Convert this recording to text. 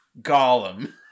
gollum